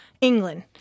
England